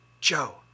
Joe